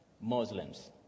Muslims